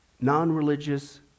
non-religious